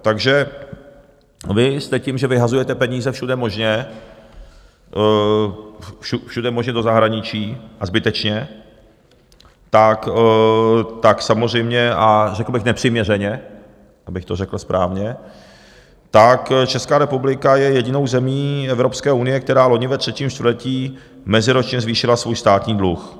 Takže vy jste tím, že vyhazujete peníze všude možně, všude možně do zahraničí, a zbytečně, tak samozřejmě, a řekl bych nepřiměřeně, abych to řekl správně, tak Česká republika je jedinou zemí Evropské unie, která loni ve třetím čtvrtletí meziročně zvýšila svůj státní dluh.